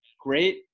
Great